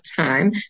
time